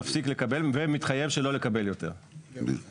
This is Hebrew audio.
מפסיק לקבל ומתחייב שלא לקבל יותר ומחזיר.